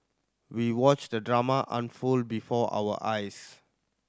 we watched the drama unfold before our eyes